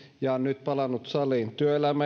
ja on nyt palannut saliin työelämä